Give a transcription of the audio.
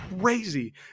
crazy